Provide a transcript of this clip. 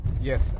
Yes